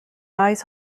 ice